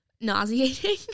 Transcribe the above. nauseating